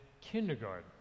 kindergarten